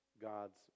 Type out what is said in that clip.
God's